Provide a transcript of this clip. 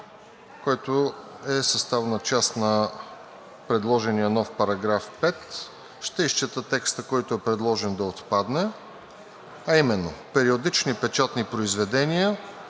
който е съставна част на предложения нов § 5. Ще изчета текста, който е предложен да отпадне, а именно: „Периодични печатни произведения